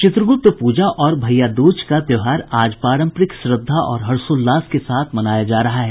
चित्रगुप्त पूजा और भैयादूज का त्योहार आज पारंपरिक श्रद्धा और हर्षोल्लास के साथ मनाया जा रहा है